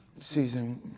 Season